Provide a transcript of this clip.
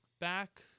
back